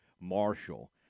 Marshall